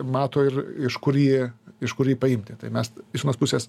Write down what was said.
mato ir iš kur ji iš kur jį paimti tai mes iš vienos pusės